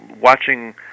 watching